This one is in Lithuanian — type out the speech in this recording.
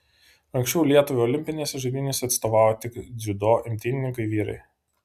anksčiau lietuvai olimpinėse žaidynėse atstovavo tik dziudo imtynininkai vyrai